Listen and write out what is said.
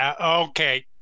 Okay